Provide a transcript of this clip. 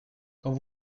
quand